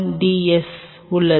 S உள்ளது